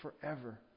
forever